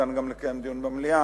אפשר גם לקיים דיון במליאה,